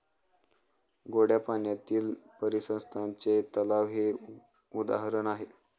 गोड्या पाण्यातील परिसंस्थेचे तलाव हे उदाहरण आहे